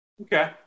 Okay